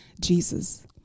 Jesus